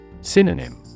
Synonym